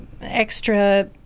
extra